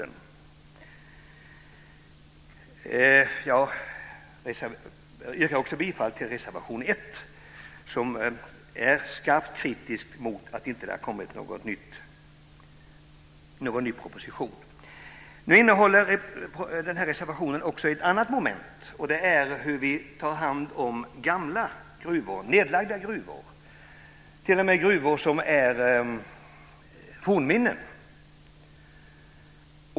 Jag yrkar också bifall till reservation 1, som är skarpt kritisk mot att det inte har kommit någon ny proposition. Reservationen innehåller även ett annat moment, nämligen hur vi tar hand om gamla gruvor, nedlagda gruvor, t.o.m. gruvor som är fornminnen.